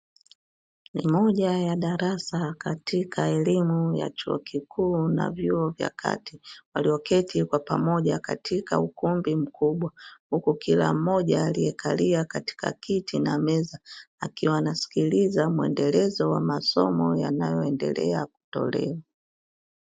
Moja ya darasa katika elimu ya chuo kikuu na vyuo vya kati walioketi kwa pamoja katika ukumbi mkubwa, huku kila mmoja aliyekalia katika kiti na meza akiwa ana sikiliza muendelezo wa masomo yanayoendelea kutolewa.